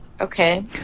Okay